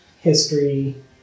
History